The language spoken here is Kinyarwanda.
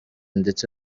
ndetse